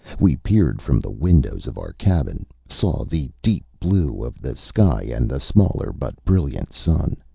we peered from the windows of our cabin, saw the deep blue of the sky and the smaller but brilliant sun.